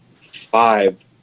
five